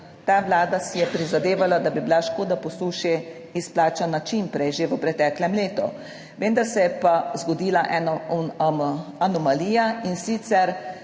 ta Vlada si je prizadevala, da bi bila škoda po suši izplačana čim prej, že v preteklem letu. Vendar se je pa zgodila ena anomalija, in sicer